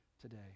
today